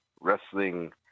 wrestling